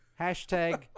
hashtag